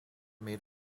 made